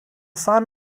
son